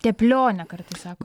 teplionė kartais sako